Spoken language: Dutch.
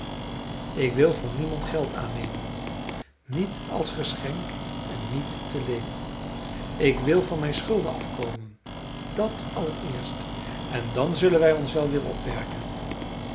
ik wil van niemand geld aannemen niet als geschenk en niet te leen ik wil van mijn schulden af komen dàt allereerst en dan zullen wij ons wel weer opwerken